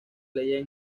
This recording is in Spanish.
leyes